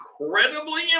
incredibly